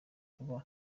kuba